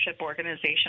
organization